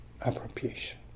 appropriation